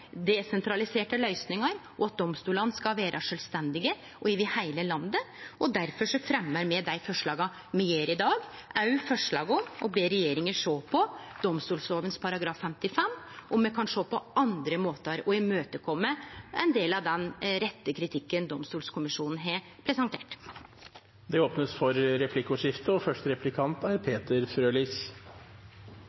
løysingar, og at domstolane skal vere sjølvstendige og over heile landet. Derfor fremjar me dei forslaga me gjer i dag, òg forslag om å be regjeringa sjå på domstolloven § 55, om me kan sjå på andre måtar for å imøtekome ein del av den rette kritikken domstolkommisjonen har presentert. Det blir replikkordskifte.